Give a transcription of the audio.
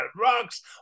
rocks